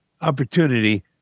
opportunity